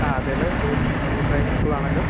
ആ അതെലോ ഇത് ട്രീ ഡ്രൈവിംഗ് സ്കൂളാണല്ലോ